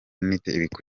n’itegeko